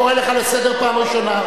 אני קורא לך לסדר פעם ראשונה.